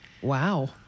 Wow